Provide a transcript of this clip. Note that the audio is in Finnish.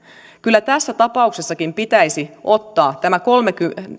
kyllä tässä tapauksessakin pitäisi ottaa